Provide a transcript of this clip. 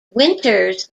winters